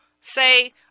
say